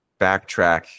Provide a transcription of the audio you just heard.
backtrack